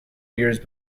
years